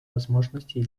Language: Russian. возможностей